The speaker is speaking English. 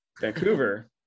Vancouver